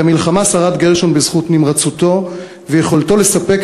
את המלחמה שרד בזכות נמרצותו ויכולתו לספק